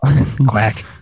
Quack